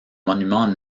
monument